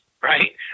right